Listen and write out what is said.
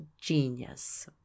genius